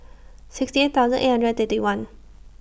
sixty eight thousand eight hundred and thirty one